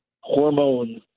hormones